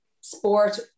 sport